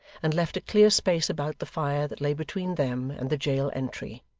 and left a clear space about the fire that lay between them and the jail entry.